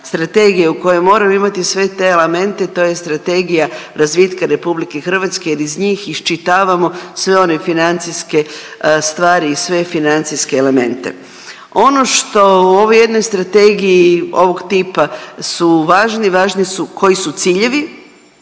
strategija u kojoj moram imati sve te elemente to je Strategija razvitka Republike Hrvatske jer iz njih iščitavamo sve one financijske stvari i sve financijske elemente. Ono što u ovoj jednoj strategiji ovog tipa su važni, važni su koji su ciljevi